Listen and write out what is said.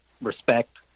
respect